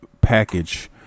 package